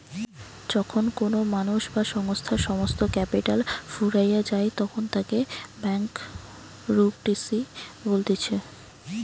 যখন কোনো মানুষ বা সংস্থার সমস্ত ক্যাপিটাল ফুরাইয়া যায়তখন তাকে ব্যাংকরূপটিসি বলতিছে